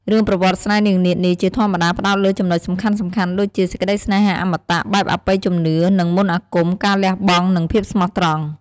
រឿងប្រវត្តិស្នេហ៍នាងនាថនេះជាធម្មតាផ្តោតលើចំណុចសំខាន់ៗដូចជា សេចក្តីស្នេហាអមតៈបែបអបិយជំនឿ និងមន្តអាគម ការលះបង់ និងភាពស្មោះត្រង់ ។